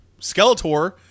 Skeletor